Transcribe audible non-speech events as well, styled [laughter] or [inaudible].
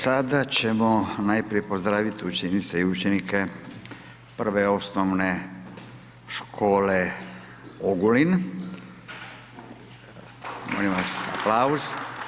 Sada ćemo najprije pozdraviti učenice i učenike prve Osnovne škole Ogulin. [applause] Molim vas aplauz.